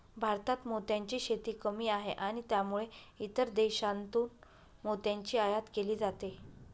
भारतात मोत्यांची शेती कमी आहे आणि त्यामुळे इतर देशांतून मोत्यांची आयात केली जाते